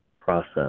process